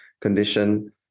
condition